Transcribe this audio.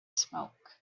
smoke